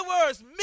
words